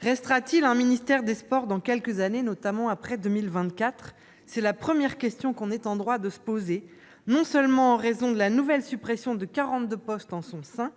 Restera-t-il un ministère des sports dans quelques années, notamment après 2024 ? C'est la première question qu'on est en droit de se poser, non seulement en raison de la nouvelle suppression de 42 postes en son sein,